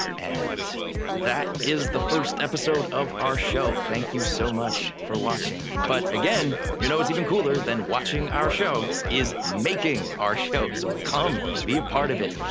and that is the first episode of our show. thank you so much for watching. but again, you know what's even cooler than watching our show is making our show, so come be a part of it.